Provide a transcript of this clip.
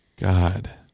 God